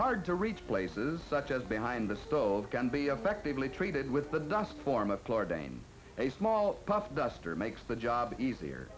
hard to reach places such as behind the stove can be effectively treated with the dust form of chlorodyne a small puff duster makes the job easier